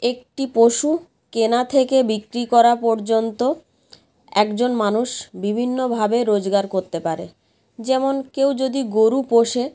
একটি পশু কেনা থেকে বিক্রি করা পর্যন্ত একজন মানুষ বিভিন্নভাবে রোজগার করতে পারে যেমন কেউ যদি গরু পোষে